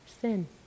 Sin